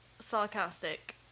sarcastic